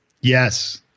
Yes